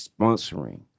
sponsoring